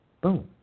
Boom